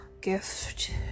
gift